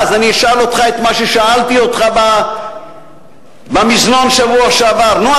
אז אני אשאל אותך את מה ששאלתי אותך במזנון בשבוע שעבר: נו,